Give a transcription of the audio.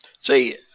See